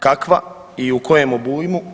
Kakva i u kojem obujmu?